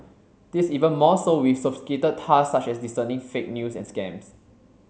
this is even more so with sophisticated tasks such as discerning fake news and scams